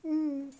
en